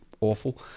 awful